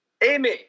Amy